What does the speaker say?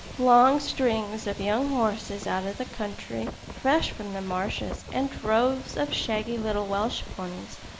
long strings of young horses out of the country, fresh from the marshes and droves of shaggy little welsh ponies,